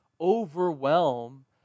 overwhelm